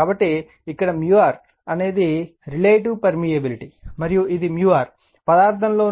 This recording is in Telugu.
కాబట్టి ఇక్కడ r అనేది రిలేటివ్ పర్మియబిలిటీ మరియు ఇది r పదార్థంలో